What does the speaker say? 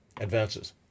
Advances